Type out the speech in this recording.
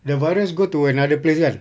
the virus go to another place kan